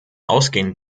ausgehen